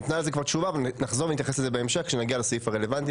ניתנה על כך תשובה ונחזור ונתייחס לזה בהמשך כשנגיע לסעיף הרלוונטי.